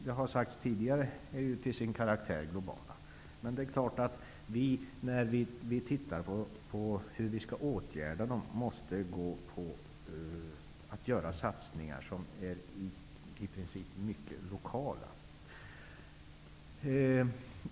Det har sagts tidigare att klimatfrågorna till sin karaktär är globala, men våra åtgärder mot dem måste i princip vara mycket lokala.